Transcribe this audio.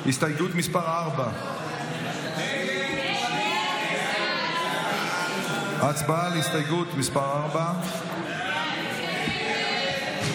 הסתייגות מס' 4. הצבעה על הסתייגות מס' 4. הסתייגות 4